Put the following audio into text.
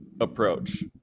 approach